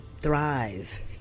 thrive